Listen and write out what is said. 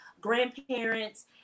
grandparents